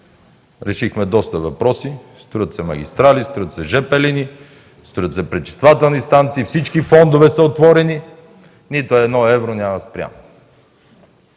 решихме доста въпроси –строят се магистрали, строят се жп линии, строят се пречиствателни станции, всички фондове са отворени, нито едно евро няма спряно.